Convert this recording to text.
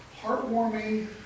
heartwarming